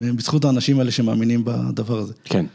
בזכות האנשים האלה שמאמינים בדבר הזה. כן.